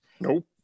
Nope